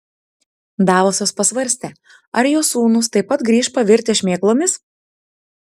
davosas pasvarstė ar jo sūnūs taip pat grįš pavirtę šmėklomis